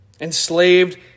Enslaved